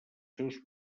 seus